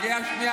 קריאה שנייה,